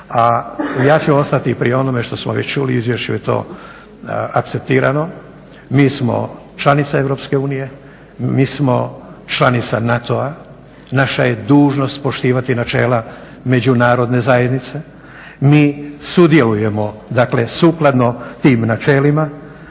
ja ću ostati pri onome što smo već čuli, u izvješću je to akceptirano, mi smo članica Europske unije, mi smo članica NATO-a, naša je dužnost počivati načela Međunarodne zajednice. Mi sudjelujemo dakle sukladno tim načelima